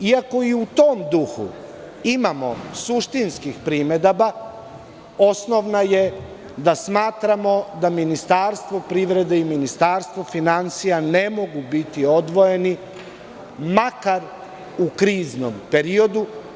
Iako je u tom duhu imamo suštinskih primedaba osnovna je da smatramo da Ministarstvo privrede i Ministarstvo finansija ne mogu biti odvojeni makar u kriznom periodu.